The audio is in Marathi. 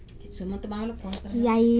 रोपवाटिकेचे वेगवेगळे घटक कोणते आहेत?